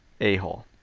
a-hole